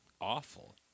awful